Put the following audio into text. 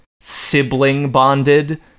sibling-bonded